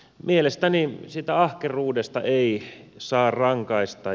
mielestäni siitä ahkeruudesta ei saa rangaista